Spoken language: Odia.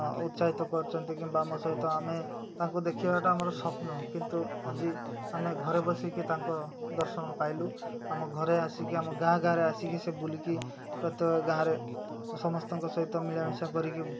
ଉତ୍ସାହିତ କରିଛନ୍ତି କିମ୍ବା ଆମ ସହିତ ଆମେ ତାଙ୍କୁ ଦେଖିବାଟା ଆମର ସ୍ୱପ୍ନ କିନ୍ତୁ ଆଜି ଆମେ ଘରେ ବସିକି ତାଙ୍କ ଦର୍ଶନ ପାଇଲୁ ଆମ ଘରେ ଆସିକି ଆମ ଗାଁ ଗାଁରେ ଆସିକି ସେ ବୁଲିକି ପ୍ରତ୍ୟେକ ଗାଁରେ ସମସ୍ତଙ୍କ ସହିତ ମିଳାମିଶା କରିକି